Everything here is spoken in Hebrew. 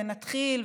ונתחיל,